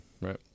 right